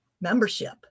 membership